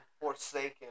Forsaken